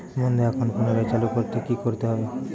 বন্ধ একাউন্ট পুনরায় চালু করতে কি করতে হবে?